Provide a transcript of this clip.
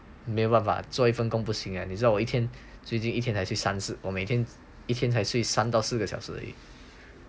没办法做一分工不行 ah 你知道我一天最近一天才去三次我每天一天才睡三到四个小时而已